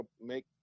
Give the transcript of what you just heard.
make